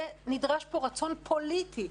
נדרש פה רצון פוליטי.